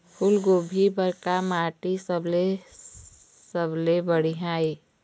फूलगोभी बर का माटी सबले सबले बढ़िया ये?